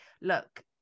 look